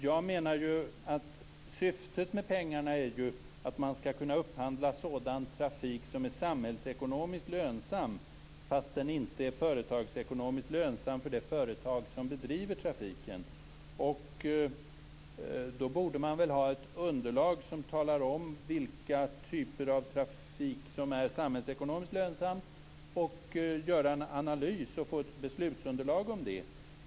Jag menar att syftet med pengarna är att man skall kunna upphandla sådan trafik som är samhällsekonomiskt lönsam fastän den inte är företagsekonomiskt lönsam för det företag som bedriver trafiken. Man borde väl då ha ett underlag som talar om vilka typer av trafik som är samhällsekonomiskt lönsamma, göra en analys och få ett beslutsunderlag.